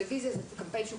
הקמפיין בטלוויזיה יקר,